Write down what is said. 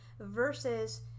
versus